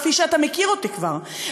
כפי שאתה מכיר אותי כבר,